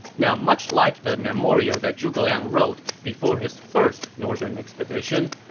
now, much like the memorial that zhuge liang wrote before his first northern expedition,